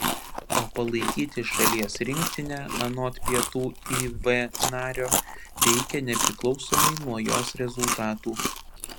o palaikyti šalies rinktinę anot pietų iv nario reikia nepriklausomai nuo jos rezultatų